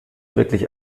wirklich